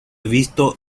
visto